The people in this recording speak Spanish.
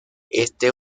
este